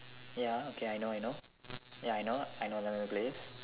ya okay I know I know ya I know I know M_M_A players